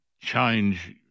change